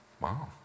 Wow